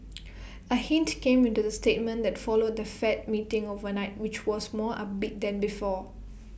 A hint came in the statement that followed the fed meeting overnight which was more upbeat than before